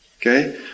Okay